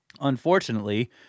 Unfortunately